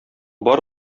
бар